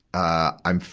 i'm,